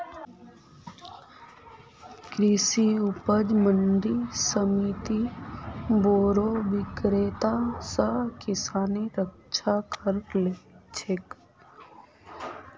कृषि उपज मंडी समिति बोरो विक्रेता स किसानेर रक्षा कर छेक